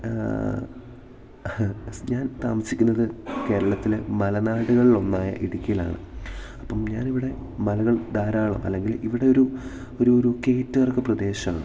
first ഞാൻ താമസിക്കുന്നത് കേരളത്തിലെ മലനാടുകളിലൊന്നായ ഇടുക്കിയിലാണ് അപ്പം ഞാനിവിടെ മലകൾ ധാരാളം അല്ലെങ്കിൽ ഇവിടെ ഒരു ഒരു ഒരു കയറ്റയിറക്ക് പ്രദേശാണ്